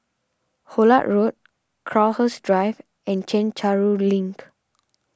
Hullet Road Crowhurst Drive and Chencharu Link